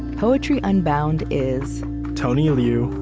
poetry unbound is tony liu,